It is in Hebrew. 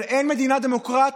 אבל אין מדינה דמוקרטית,